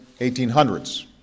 1800s